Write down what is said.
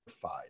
five